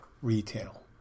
retail